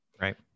Right